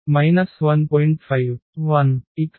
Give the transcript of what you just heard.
5 0 4 0